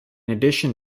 addition